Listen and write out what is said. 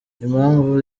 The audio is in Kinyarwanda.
impamvu